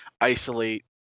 isolate